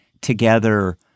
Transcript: together